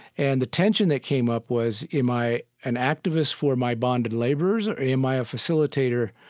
and the tension that came up was, am i an activist for my bonded laborers or am i facilitator?